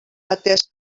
atès